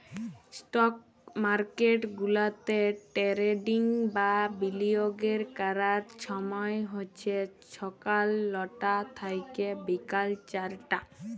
stock market গুলাতে trading বা বিলিয়গের ক্যরার ছময় হছে ছকাল লটা থ্যাইকে বিকাল চারটা